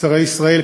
שרי ישראל,